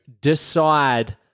decide